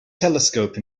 telescope